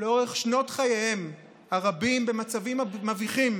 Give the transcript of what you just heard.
לאורך שנות חייהם הרבות במצבים מביכים